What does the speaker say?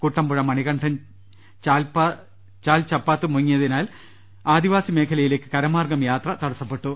Kuttampuzha Manikandanchal ചപ്പാത്ത് മുങ്ങിയതിനാൽ ആദി വാസി മേഖലയിലേക്ക് കരമാർഗം യാത്ര തടസ്സപ്പെട്ടു